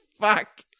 fuck